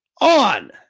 on